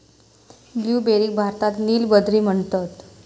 ब्लूबेरीक भारतात नील बद्री म्हणतत